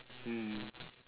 mm